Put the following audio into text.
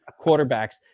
quarterbacks